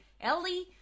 Ellie